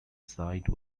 site